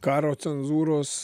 karo cenzūros